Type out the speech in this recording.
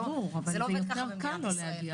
בבקשה.